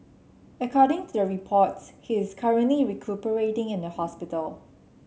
according to the reports he is currently recuperating in the hospital